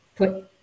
put